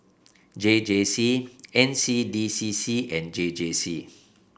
J J C N C D C C and J J C